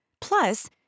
Plus